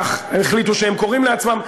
כך הם החליטו שהם קוראים לעצמם,